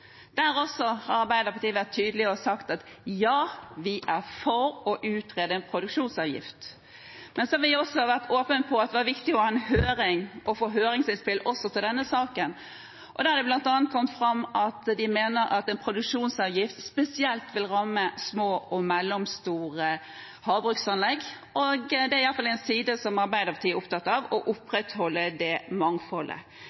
Men som vi også har vært åpne på, var det viktig å ha en høring og få høringsinnspill i denne saken. Der har det bl.a. kommet fram at en produksjonsavgift vil spesielt ramme små og mellomstore havbruksanlegg. Det er i alle fall en side Arbeiderpartiet er opptatt av, å